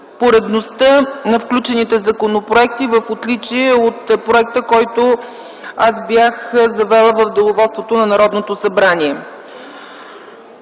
поредността на включените законопроекти, в отличие от законопроекта, който аз бях завела в Деловодството на Народното събрание.